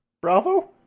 Bravo